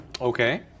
Okay